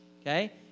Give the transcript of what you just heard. okay